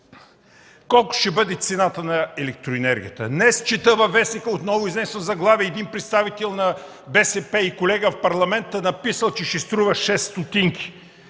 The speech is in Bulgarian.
Колко ще бъде цената на електроенергията? Днес отново чета във вестника изнесено заглавие – един представител на БСП и колега в парламента написал, че ще струва 6 стотинки.